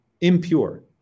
impure